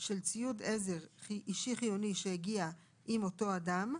של ציוד עזר אישי חיוני שהגיעו עם אותו אדם,